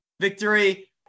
victory